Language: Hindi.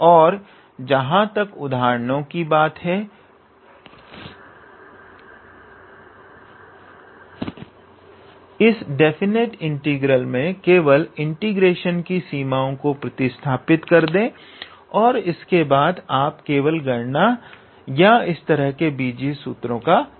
और जहां तक उदाहरणों की बात है इस डेफिनिटी इंटीग्रल मे केवल इंटीग्रेशन की सीमाओं को प्रतिस्थापित कर दें और इसके बाद आप केवल गणना या इस तरह के बीजीय सूत्रों का प्रयोग करें